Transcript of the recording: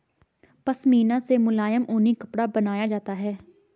पशमीना से मुलायम ऊनी कपड़ा बनाया जाता है